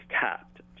tapped